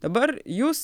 dabar jūs